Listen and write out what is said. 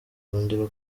kongera